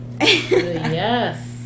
yes